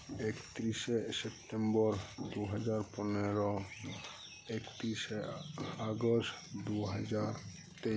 ᱮᱠᱛᱤᱨᱤᱥᱮ September ᱫᱩᱦᱟᱡᱟᱨ ᱯᱚᱱᱮᱨᱚ ᱮᱠᱛᱤᱨᱤᱥᱮ ᱟᱜᱚᱥᱴ ᱫᱩᱦᱟᱡᱟᱨ ᱛᱮᱭᱤᱥ